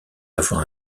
avoir